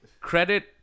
credit